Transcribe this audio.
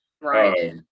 right